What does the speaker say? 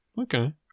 Okay